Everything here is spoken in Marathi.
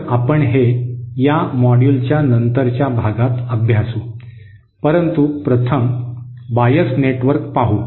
तर आपण हे या मॉड्यूलच्या नंतरच्या भागात अभ्यासू परंतु प्रथम बायस नेटवर्क पाहू